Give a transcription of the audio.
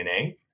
DNA